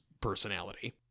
personality